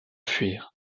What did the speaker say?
fuir